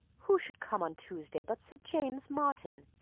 who should come on tuesday but sir james martin!